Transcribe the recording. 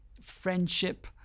friendship